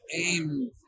aim